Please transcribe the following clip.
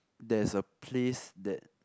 there is a place that